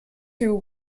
through